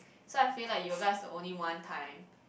so I feel like yoga's the only one time